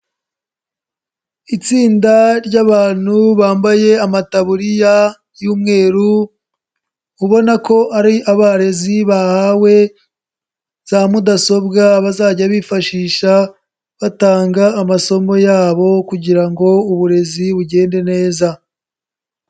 Itsinda ry'abantu bambaye amataburiya y'umweru ubona ko ari abarezi bahawe za mudasobwa bazajya bifashisha batanga amasomo yabo kugira ngo uburezi bugende neza.